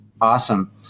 Awesome